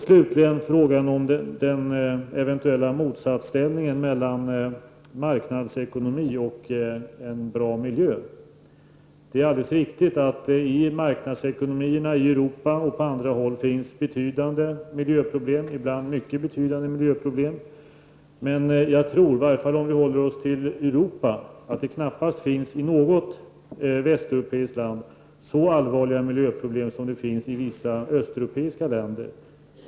Slutligen till frågan om den eventuella motsatsställningen mellan marknadsekonomi och en bra miljö. Det är alldeles riktigt att det i marknadsekonomierna i Europa och på andra håll finns betydande miljöproblem, ibland mycket betydande miljöproblem. Men jag tror knappast att det i något väs teuropeiskt land finns så allvarliga miljöproblem som det finns i vissa östeuropeiska länder.